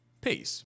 peace